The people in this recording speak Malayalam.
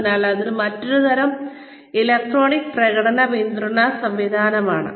അതിനാൽ അത് മറ്റൊരു തരം ഇലക്ട്രോണിക് പ്രകടന പിന്തുണാ സംവിധാനമാണ്